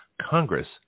Congress